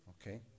Okay